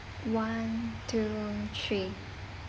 one two three